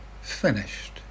finished